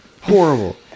Horrible